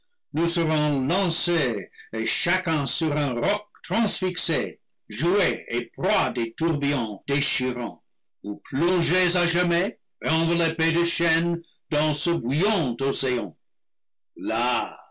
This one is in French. nous serons lancés et chacun sur un